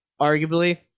arguably